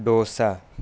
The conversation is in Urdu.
ڈوسا